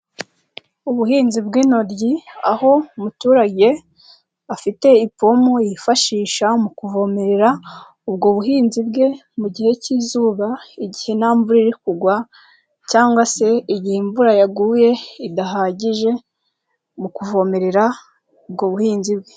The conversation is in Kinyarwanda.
Ubuhinzi bw'inoryi, aho muturage, afite ipombo yifashisha mu kuvomerera ubwo buhinzi bwe, mu gihe cy'izuba, igihe nta mvura iri kugwa cyangwa se igihe imvura yaguye, idahagije, mu kuvomerera, ubwo buhinzi bwe.